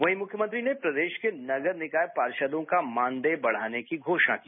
वहीं मुख्यमंत्री ने प्रदेश के नगर निकाय पार्षदों का मानदेय बढ़ाने की घोषणा की